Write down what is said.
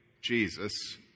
Jesus